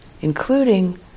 including